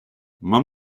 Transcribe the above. mam